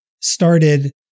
started